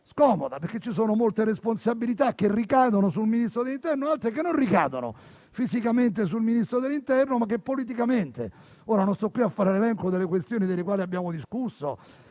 scomoda, perché ci sono molte responsabilità che ricadono sul Ministro dell'interno e altre che non ricadono fisicamente sul Ministro ma che politicamente lo coinvolgono. Non sto qui a fare l'elenco delle questioni delle quali abbiamo discusso,